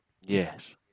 Yes